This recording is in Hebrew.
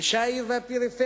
אנשי העיר והפריפריה,